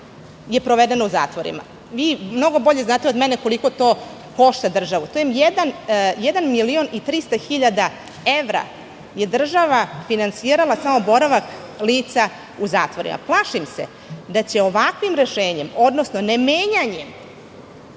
provedeno u zatvorima. Vi mnogo bolje znate od mene koliko to košta državu. To je jedan milion i 300 hiljada evra, toliko je država finansirala samo boravak lica u zatvorima. Plašim se da će ovakvim rešenjem, odnosno ne menjanjem